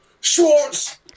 Schwartz